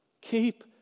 Keep